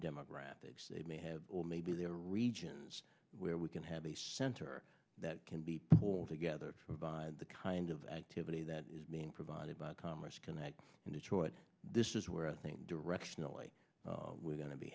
demographics they may have or maybe there are regions where we can have a center that can be pulled together by the kind of activity that is being provided by commerce connect and detroit this is where i think directionally we're going to be